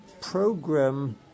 program